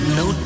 no